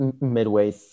midway